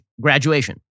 graduation